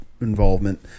involvement